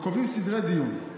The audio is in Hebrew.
וקובעים סדרי דיון.